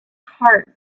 heart